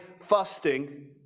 fasting